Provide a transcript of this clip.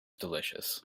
delicious